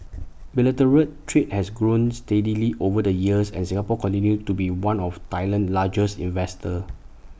bilateral trade has grown steadily over the years and Singapore continues to be one of Thailand's largest investors